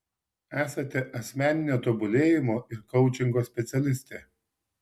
esate asmeninio tobulėjimo ir koučingo specialistė